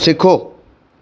सिखो